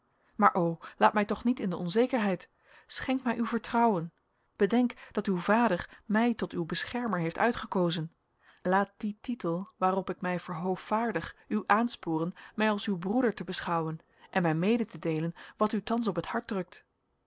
maar o laat mij toch niet in de onzekerheid schenk mij uw vertrouwen bedenk dat uw vader mij tot uw beschermer heeft uitgekozen laat dien titel waarop ik mij verhoovaardig u aansporen mij als uw broeder te beschouwen en mij mede te deelen wat u thans op het hart drukt